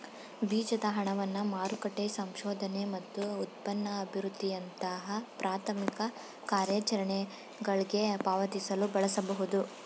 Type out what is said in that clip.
ಬೀಜದ ಹಣವನ್ನ ಮಾರುಕಟ್ಟೆ ಸಂಶೋಧನೆ ಮತ್ತು ಉತ್ಪನ್ನ ಅಭಿವೃದ್ಧಿಯಂತಹ ಪ್ರಾಥಮಿಕ ಕಾರ್ಯಾಚರಣೆಗಳ್ಗೆ ಪಾವತಿಸಲು ಬಳಸಬಹುದು